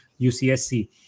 UCSC